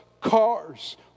cars